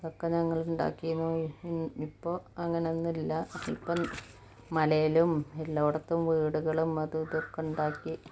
ഒക്കെ ഞങ്ങള് ഉണ്ടാക്കി ഇപ്പോള് അങ്ങനൊന്നുമില്ല ഇപ്പോള് മലയിലും എല്ലായിടത്തും വീടുകളും അതും ഇതൊക്കെ ഉണ്ടാക്കി